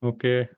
Okay